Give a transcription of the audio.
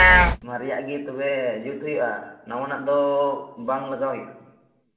ᱢᱟᱨᱮᱭᱟᱜ ᱜᱮ ᱛᱚᱵᱮ ᱡᱩᱛ ᱦᱩᱭᱩᱜᱼᱟ ᱱᱟᱣᱟᱱᱟᱜ ᱫᱚ ᱵᱟᱝ ᱞᱟᱜᱟᱣ ᱦᱩᱭᱩᱜᱼᱟ